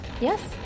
Yes